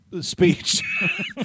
speech